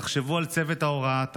תחשבו על צוות ההוראה,